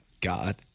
God